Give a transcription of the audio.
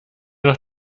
noch